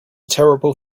terrible